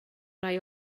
rai